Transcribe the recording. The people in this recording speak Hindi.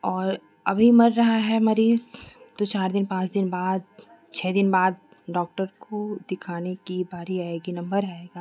और अभी मर रहा है मरीज तो चार दिन पाँच दिन बाद छः दिन बाद डॉक्टर को दिखाने की बारी आएगी नंबर आएगा